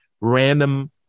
random